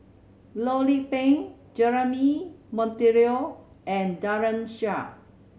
Loh Lik Peng Jeremy Monteiro and Daren Shiau